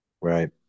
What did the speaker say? Right